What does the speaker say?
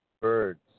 birds